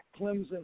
Clemson